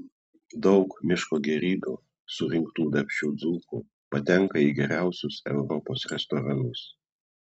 daug miško gėrybių surinktų darbščių dzūkų patenka į geriausius europos restoranus